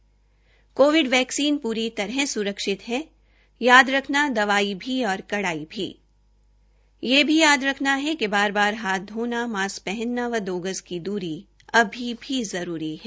Covid vaccine पूरी तरह सुरक्षित है याद रखना दवाई भी और कड़ाई भी यह भी याद रखना है कि बार बार हाथ धोना मास्क पहनना व दो गज की द्री अभी भी जरूरी है